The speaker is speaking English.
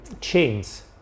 chains